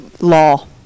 law